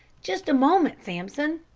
just a moment, sampson!